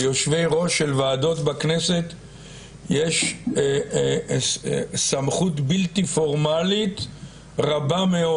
ליושבי-ראש של ועדות בכנסת יש סמכות בלתי פורמלית רבה מאוד.